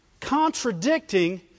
contradicting